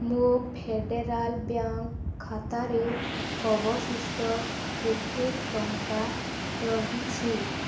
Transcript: ମୋ federal bank ଖାତାରେ ଅବଶିଷ୍ଟ କେତେ ଟଙ୍କା ରହିଛି